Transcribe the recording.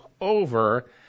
over